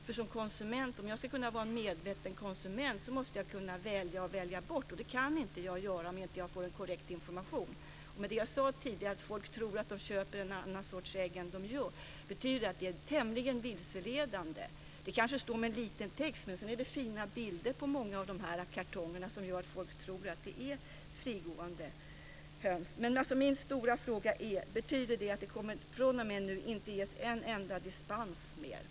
För att jag ska kunna vara en medveten konsument måste jag kunna både välja och välja bort, men det kan jag inte göra om jag inte får korrekt information. Som jag tidigare sade tror folk sig köpa en annan sorts ägg än man köper. Således är informationen tämligen vilseledande. Det är kanske liten text. Dessutom är det fina bilder på många av de här kartongerna som gör att folk tror att det handlar om frigående höns. Min stora fråga är om detta betyder att det fr.o.m. nu inte kommer att ges en enda dispens till.